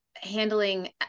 handling